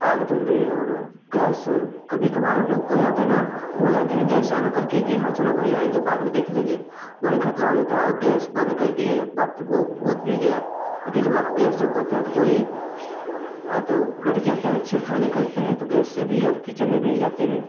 आग धर ले और गैस कभी कभार रुक जाते है न भूल जाते हैं गैस चालू करके कि हाँ चलो भाई आएंगे बाद में देख लेंगे वही ख़तरा हो जाता है और गैस बंद कर दिए बुझ वह बुझ भी गया लेकिन जब आप गैस चालू करता है तो कोई आता है वह लड़कियाँ क्या छेड़खानी करते हैं तो गैस से भी अब किचन में भी जाते हैं